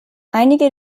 einige